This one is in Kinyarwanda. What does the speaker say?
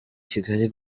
kigali